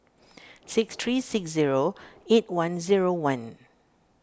six three six zero eight one zero one